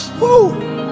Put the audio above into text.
Woo